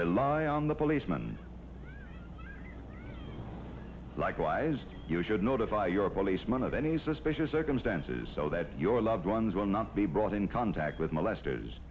rely on the policeman likewise you should notify your policeman of any suspicious circumstances so that your loved ones will not be brought in contact with molesters